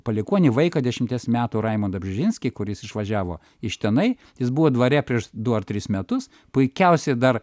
palikuonį vaiką dešimties metų raimundą bžezinskį kuris išvažiavo iš tenai jis buvo dvare prieš du ar tris metus puikiausiai dar